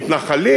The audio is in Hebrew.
מתנחלים?